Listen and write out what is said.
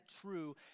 true